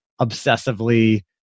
obsessively